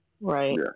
Right